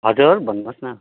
हजुर भन्नुहोस् न